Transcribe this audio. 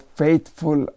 faithful